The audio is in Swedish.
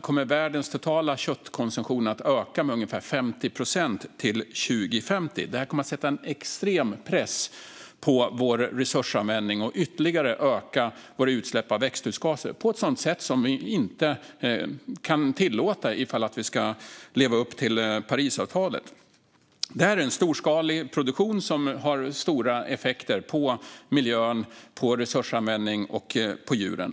kommer världens totala köttkonsumtion att öka med ungefär 50 procent till 2050. Detta kommer att sätta en extrem press på vår resursanvändning och ytterligare öka våra utsläpp av växthusgaser på ett sätt som vi inte kan tillåta om vi ska leva upp till Parisavtalet. Det här är en storskalig produktion som har stora effekter på miljön, på resursanvändningen och på djuren.